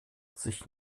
sich